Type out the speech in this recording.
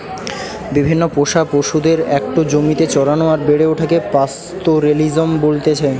বিভিন্ন পোষা পশুদের একটো জমিতে চরানো আর বেড়ে ওঠাকে পাস্তোরেলিজম বলতেছে